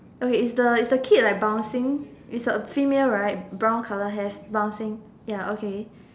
okay is the is the kid like bouncing is a female right brown colour hair bouncing ya okay